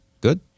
good